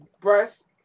Breast